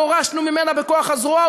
גורשנו ממנה בכוח הזרוע,